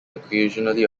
occasionally